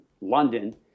London